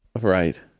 right